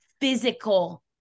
physical